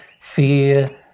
fear